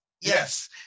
Yes